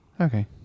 okay